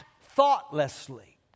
thoughtlessly